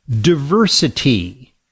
diversity